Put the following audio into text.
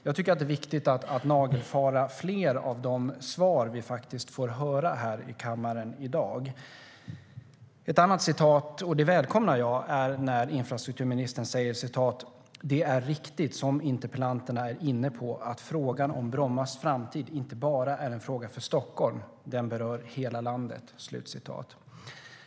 Jag tycker att det är viktigt att nagelfara fler av de svar som vi får höra här i kammaren i dag. Ett annat citat - som jag välkomnar - är när infrastrukturministern säger: "Det är riktigt, som interpellanterna är inne på, att frågan om Brommas framtid inte bara är en fråga för Stockholm. Den berör hela landet."